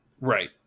Right